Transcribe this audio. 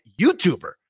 YouTuber